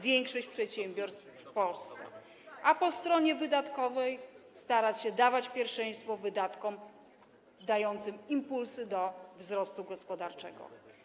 większość przedsiębiorstw w Polsce, a po stronie wydatkowej starać się dawać pierwszeństwo wydatkom dającym impulsy do wzrostu gospodarczego.